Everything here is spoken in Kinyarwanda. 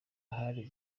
hari